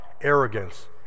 arrogance